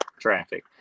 traffic